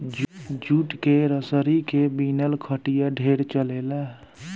jute के रसरी के बिनल खटिया ढेरे चलेला